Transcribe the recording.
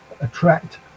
attract